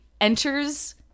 enters